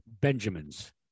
Benjamins